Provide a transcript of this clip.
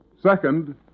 Second